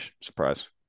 surprise